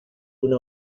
una